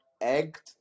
egged